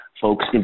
Folks